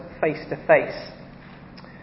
face-to-face